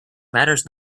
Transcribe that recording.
matters